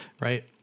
Right